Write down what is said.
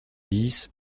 dix